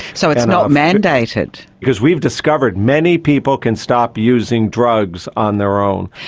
so it's not mandated? because we've discovered many people can stop using drugs on their own.